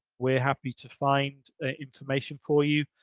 we're happy to find information for you.